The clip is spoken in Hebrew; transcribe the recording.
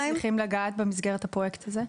שורדים אתם מצליחים לגעת במסגרת הפרויקט הזה?